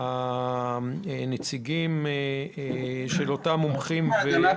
הנציגים של המומחים --- הרשות להגנת